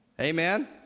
Amen